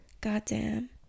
goddamn